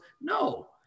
No